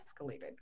escalated